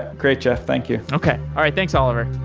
great, jeff. thank you. okay. all right. thanks, oliver.